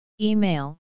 Email